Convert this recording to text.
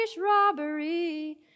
robbery